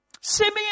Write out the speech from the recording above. Simeon